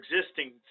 existing